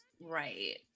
Right